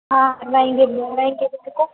हाँ लाएंगे बुलवाएंगे किसी को